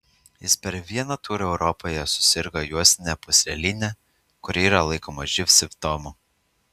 jis per vieną turą europoje susirgo juostine pūsleline kuri yra laikoma živ simptomu